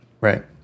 Right